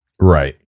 Right